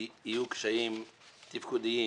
יהיו קשיים תפקודיים.